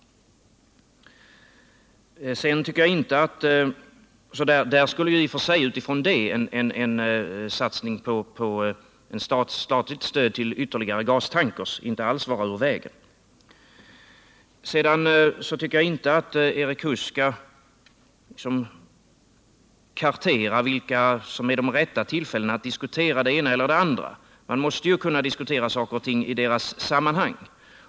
Utifrån detta skulle en satsning på ett statligt stöd till ytterligare gastankrar inte alls vara ur vägen. Jag tycker inte att Erik Huss skall kartera vilka tillfällen som är de rätta för att diskutera det ena eller det andra. Man måste kunna diskutera saker och ting i deras sammanhang.